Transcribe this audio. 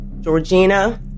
Georgina